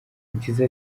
yagize